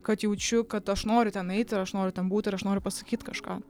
kad jaučiu kad aš noriu ten eiti ir aš noriu ten būt ir aš noriu pasakyt kažką